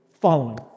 following